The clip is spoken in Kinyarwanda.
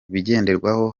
bigenderwaho